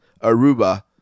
Aruba